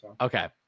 Okay